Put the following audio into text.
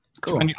Cool